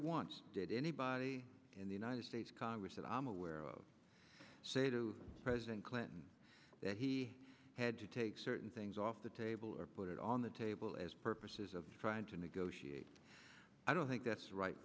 once did anybody in the united states congress that i'm aware of say to president clinton that he had to take certain things off the table or put it on the table as purposes of trying to negotiate i don't think that's right